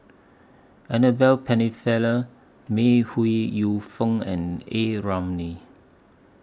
Annabel Pennefather May Ooi Yu Fen and A Ramli